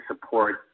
support